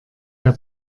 der